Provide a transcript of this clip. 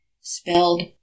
spelled